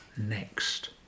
next